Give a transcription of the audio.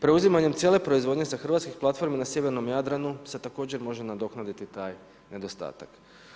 Preuzimanjem cijele proizvodnje sa hrvatskih platformi na sjevernom Jadranu se također može nadoknaditi taj nedostatak.